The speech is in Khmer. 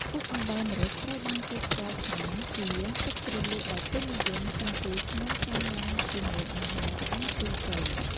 ទឹកអំបិលម្រេចត្រូវបានគេស្គាល់ថាជា ទឹកជ្រលក់ដែលពេញនិយមជាងគេក្នុងការញុាំជាមួយអាហារអាំងទូទៅ។